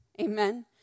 Amen